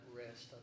rest